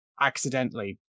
accidentally